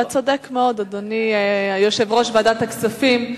אתה צודק מאוד, אדוני יושב-ראש ועדת הכספים.